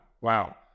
wow